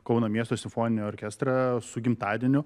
kauno miesto simfoninį orkestrą su gimtadieniu